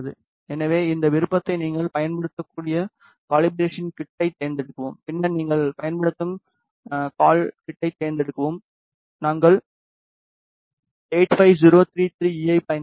எனவே இந்த விருப்பத்தை நீங்கள் பயன்படுத்தக்கூடிய கலிபராசன் கிட்டைத் தேர்ந்தெடுக்கவும் பின்னர் நீங்கள் பயன்படுத்தும் கால் கிட்டைத் தேர்ந்தெடுக்கவும் நாங்கள் 85033E ஐப் பயன்படுத்துகிறோம்